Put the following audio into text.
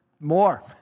More